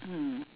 mm